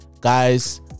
guys